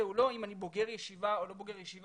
הוא לא אם אני בוגר ישיבה או לא בוגר ישיבה,